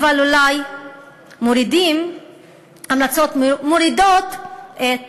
אבל אולי ההמלצות מורידות את